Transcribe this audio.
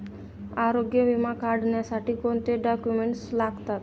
आरोग्य विमा काढण्यासाठी कोणते डॉक्युमेंट्स लागतात?